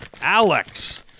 Alex